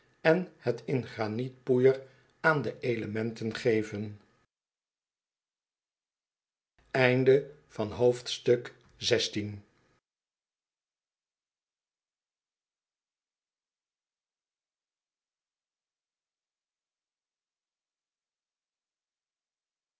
en het in granietpoeier aan de elementen geven